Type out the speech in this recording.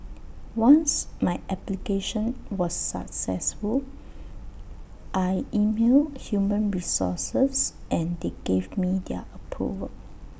once my application was successful I emailed human resources and they gave me their approval